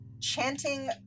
chanting